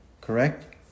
correct